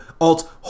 alt